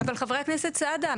חבר הכנסת סעדה,